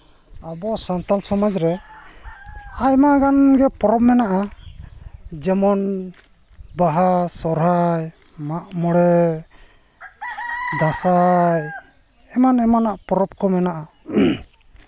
ᱟᱵᱚ ᱥᱟᱱᱛᱟᱞ ᱥᱚᱢᱟᱡᱽ ᱨᱮ ᱟᱭᱢᱟ ᱜᱟᱱᱜᱮ ᱯᱚᱨᱚᱵᱽ ᱢᱮᱱᱟᱜᱼᱟ ᱡᱮᱢᱚᱱ ᱵᱟᱦᱟ ᱥᱚᱨᱦᱟᱭ ᱢᱟᱜ ᱢᱚᱬᱮ ᱫᱟᱸᱥᱟᱭ ᱮᱢᱟᱱ ᱮᱢᱟᱱᱟᱜ ᱯᱚᱨᱚᱵᱽ ᱠᱚ ᱢᱮᱱᱟᱜᱼᱟ